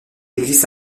existe